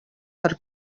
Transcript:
per